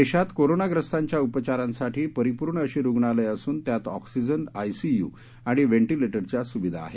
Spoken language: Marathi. देशात कोरोनाग्रस्तांच्या उपयारांसाठी परिपूर्ण अशी रुग्णालयं असून त्यात ऑक्सीजन आयसीयु आणि व्हेंटिलेटरच्या सुविधा आहेत